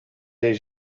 ells